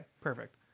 perfect